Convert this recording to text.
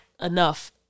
enough